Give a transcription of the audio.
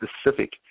specific